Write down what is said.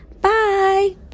Bye